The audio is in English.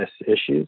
issues